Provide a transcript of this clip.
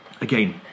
again